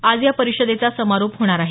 आज या परिषदेचा समारोप होणार आहे